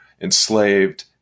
enslaved